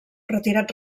retirat